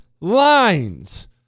lines